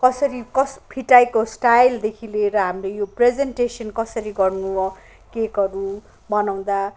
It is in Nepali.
कसरी कस फिटाइको स्टाइलदेखि लिएर हामीले यो प्रेजेन्टेसन कसरी गर्नु केकहरू बनाउँदा